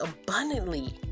abundantly